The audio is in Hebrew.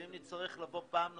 אם נצטרך לבוא פעם נוספת,